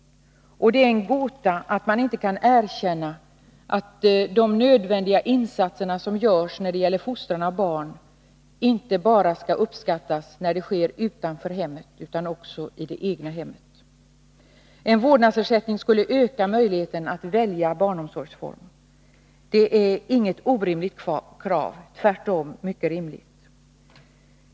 Och det är en gåta att man inte kan erkänna att de nödvändiga insatser som görs när det gäller fostran av Nr 114 barn skall uppskattas inte bara när de sker utanför hemmet utan också när de sker i det egna hemmet. En vårdnadsersättning skulle öka möjligheten att välja barnomsorgsform. Det är inget orimligt krav — det är tvärtom mycket rimligt.